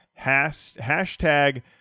Hashtag